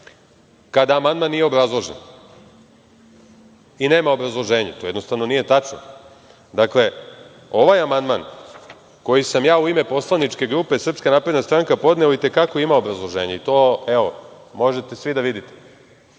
kada amandman nije obrazložen i nema obrazloženja. To jednostavno nije tačno. Dakle, ovaj amandman koji sam ja u ime poslaničke grupe SNS podneo i te kako ima obrazloženje. To možete svi da vidite.